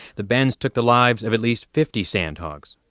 the bends took the lives of at least fifty sandhogs.